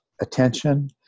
attention